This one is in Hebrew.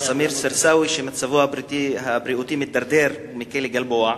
סמיר סרסאווי, שמצבו הבריאותי מידרדר בכלא גלבוע.